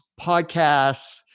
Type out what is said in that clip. podcasts